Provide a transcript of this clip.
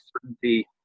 certainty